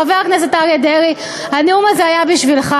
חבר הכנסת אריה דרעי, הנאום הזה היה בשבילך.